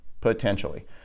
Potentially